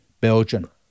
Belgium